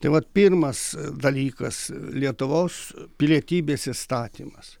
tai vat pirmas dalykas lietuvos pilietybės įstatymas